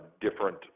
different